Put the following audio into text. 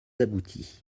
abouti